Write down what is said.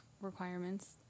requirements